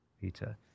Peter